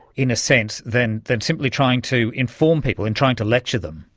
in a sense, than than simply trying to inform people, in trying to lecture them.